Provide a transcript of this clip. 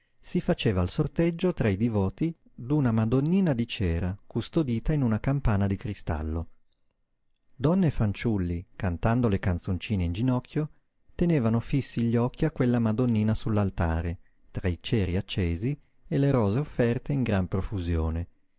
si faceva il sorteggio tra i divoti d'una madonnina di cera custodita in una campana di cristallo donne e fanciulli cantando le canzoncine in ginocchio tenevano fissi gli occhi a quella madonnina sull'altare tra i ceri accesi e le rose offerte in gran profusione